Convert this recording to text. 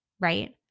right